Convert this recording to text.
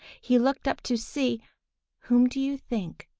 he looked up to see whom do you think?